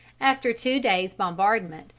after two days' bombardment,